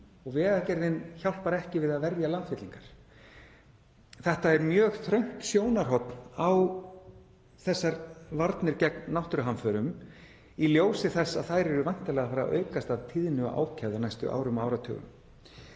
og Vegagerðin hjálpar ekki við að verja landfyllingar. Þetta er mjög þröngt sjónarhorn á þessar varnir gegn náttúruhamförum í ljósi þess að þær eru væntanlega að fara að aukast að tíðni og ákefð á næstu árum og áratugum.